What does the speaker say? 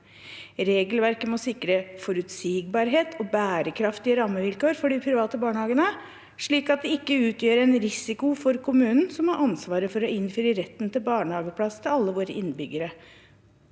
Regelverket må sikre forutsigbarhet og bærekraftige rammevilkår for de private barnehagene, slik at det ikke utgjør en risiko for kommunen som har ansvaret for å innfri retten til barnehageplass til alle våre innbyggere.